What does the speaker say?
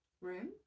Room